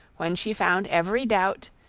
when she found every doubt,